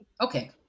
okay